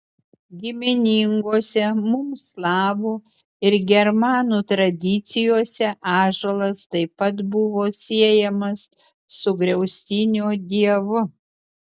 giminingose mums slavų ir germanų tradicijose ąžuolas taip pat buvo siejamas su griaustinio dievu